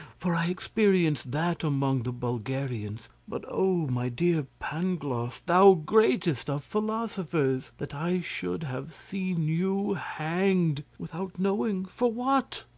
for i experienced that among the bulgarians but oh, my dear pangloss! thou greatest of philosophers, that i should have seen you hanged, without knowing for what!